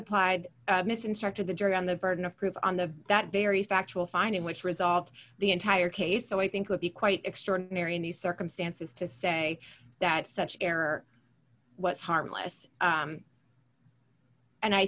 applied miss instructed the jury on the burden of proof on the that very factual finding which resolved the entire case so i think would be quite extraordinary in these circumstances to say that such error was harmless and i